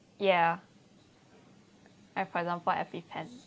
ya as for example EpiPen